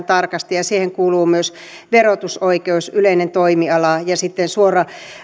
tarkasti ja siihen kuuluu myös verotusoikeus yleinen toimiala ja sitten suora